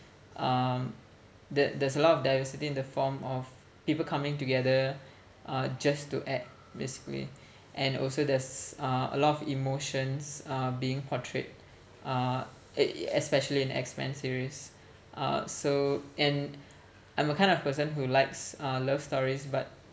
um the there's a lot of diversity in the form of people coming together uh just to act basically and also there's uh a lot of emotions uh being portrayed uh es~ especially in X men series uh so and I'm a kind of person who likes uh love stories but